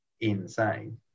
insane